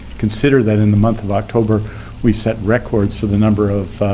consider that in the month of october we set records for the number of